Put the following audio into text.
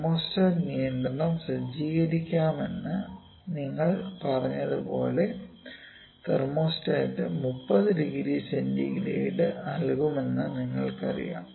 thermostat നിയന്ത്രണം സജ്ജീകരിക്കാമെന്ന് നിങ്ങൾ പറഞ്ഞതുപോലെ തെർമോസ്റ്റാറ്റ് 30 ഡിഗ്രി സെന്റിഗ്രേഡ് നൽകുമെന്ന് നിങ്ങൾക്കറിയാം